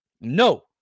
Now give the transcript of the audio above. No